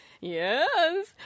Yes